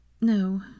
No